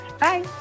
Bye